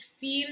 feel